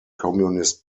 communist